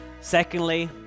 secondly